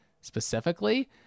specifically